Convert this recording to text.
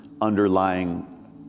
underlying